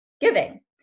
giving